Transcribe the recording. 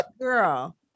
girl